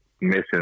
missing